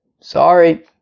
Sorry